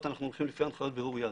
אנחנו הולכים לפי הנחיות בירור יהדות,